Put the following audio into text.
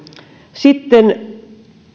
sitten